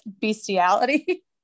bestiality